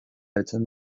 heltzen